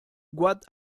what